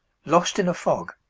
lost in a fog